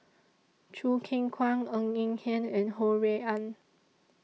Choo Keng Kwang Ng Eng Hen and Ho Rui An